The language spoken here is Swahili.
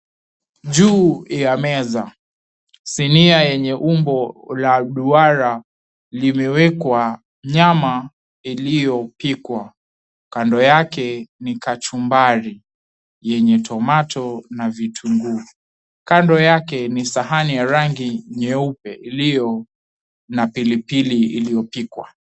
Juu ya meza, sinia yenye umbo la duara limewekwa nyama iliyopikwa. Kando yake nikachumbari yenye tomato na vitunguu. Kando yake ni sahani ya rangi nyeupe iliyo na pilipili iliyopikwa.